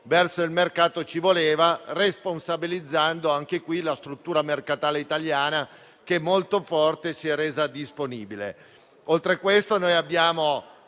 verso il mercato, ci voleva, responsabilizzando anche qui la struttura mercatale italiana, che è molto forte e si è resa disponibile. Oltre a questo, viene